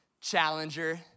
challenger